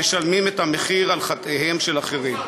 משלמים את המחיר על חטאיהם של אחרים.